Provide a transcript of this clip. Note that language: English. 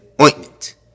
ointment